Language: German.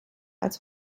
als